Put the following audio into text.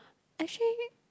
actually